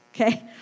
Okay